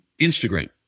Instagram